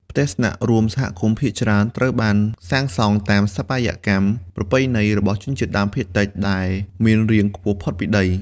ផ្ទះស្នាក់រួមសហគមន៍ភាគច្រើនត្រូវបានសាងសង់តាម ស្ថាបត្យកម្ម ប្រពៃណីរបស់ជនជាតិដើមភាគតិច ដែលមានរាងខ្ពស់ផុតពីដី។